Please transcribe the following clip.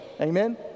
Amen